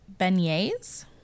beignets